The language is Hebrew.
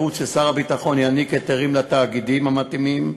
יש על הציבור החרדי במדינת